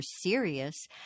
serious